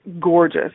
gorgeous